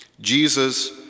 Jesus